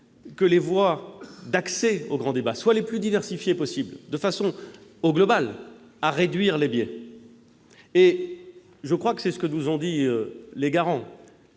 que les voies d'accès au grand débat soient les plus diversifiées possible, de façon à réduire, globalement, les biais. Je crois que c'est ce que nous ont dit les garants